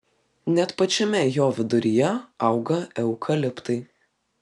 net pačiame jo viduryje auga eukaliptai